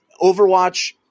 Overwatch